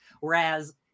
Whereas